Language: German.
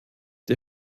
die